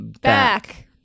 back